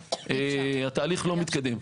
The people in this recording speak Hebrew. התהליך לא מתקדם.